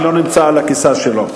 שלא נמצא על הכיסא שלו.